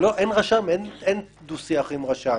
אין דו-שיח עם רשם.